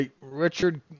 Richard